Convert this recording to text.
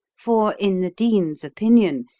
for, in the dean's opinion,